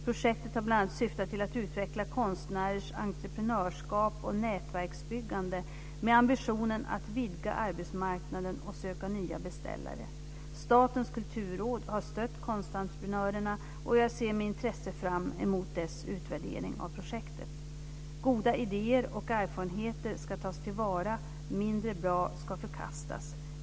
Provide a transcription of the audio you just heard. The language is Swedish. Projektet har bl.a. syftat till att utveckla konstnärers entreprenörskap och nätverksbyggande med ambitionen att vidga arbetsmarknaden och söka nya beställare. Statens kulturråd har stött Konstreprenörerna, och jag ser med intresse fram emot dess utvärdering av projektet. Goda idéer och erfarenheter ska tas till vara, mindre bra ska förkastas.